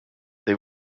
they